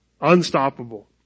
unstoppable